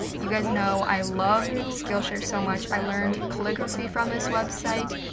you guys know i love skillshare so much. i learned calligraphy from this website.